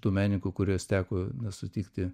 tų menininkų kuriuos teko na sutikti